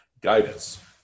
guidance